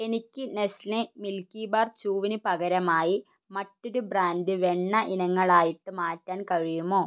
എനിക്ക് Nestle Milkybar ചൂവിന് പകരമായി മറ്റൊരു ബ്രാൻഡ് വെണ്ണ ഇനങ്ങളായിട്ട് മാറ്റാൻ കഴിയുമോ